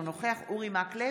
אינו נוכח אורי מקלב,